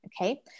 okay